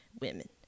women